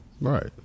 Right